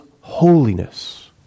holiness